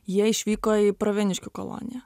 jie išvyko į pravieniškių koloniją